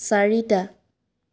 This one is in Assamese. চাৰিটা